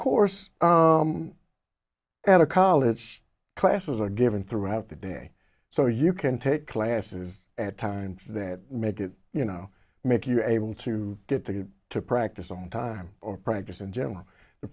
course at a college classes are given throughout the day so you can take classes at times that make it you know make you able to get to get to practice on time or practice in general the